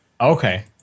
okay